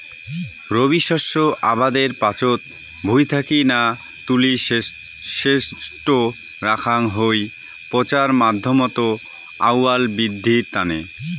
রবি শস্য আবাদের পাচত ভুঁই থাকি না তুলি সেজটো রাখাং হই পচার মাধ্যমত আউয়াল বিদ্ধির তানে